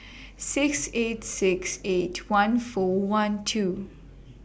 six eight six eight one four one two